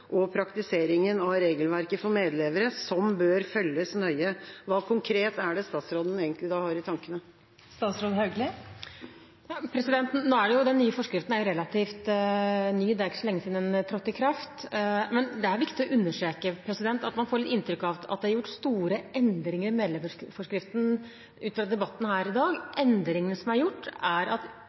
og praktiseringen av regelverket for medlevere, som bør følges nøye. Hva, konkret, er det statsråden egentlig har i tankene? Denne forskriften er jo relativt ny – det er ikke så lenge siden den trådte i kraft. Men det er viktig å understreke at man ut fra debatten her i dag får inntrykk av at det er gjort store endringer i medleverforskriften. Endringene som er gjort, er at